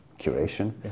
curation